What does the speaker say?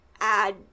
add